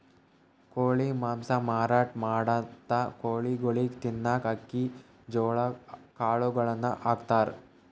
ಕೋಳಿ ಮಾಂಸ ಮಾರಾಟ್ ಮಾಡಂಥ ಕೋಳಿಗೊಳಿಗ್ ತಿನ್ನಕ್ಕ್ ಅಕ್ಕಿ ಜೋಳಾ ಕಾಳುಗಳನ್ನ ಹಾಕ್ತಾರ್